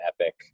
Epic